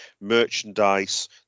merchandise